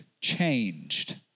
changed